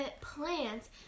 plants